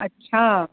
अच्छा